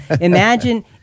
imagine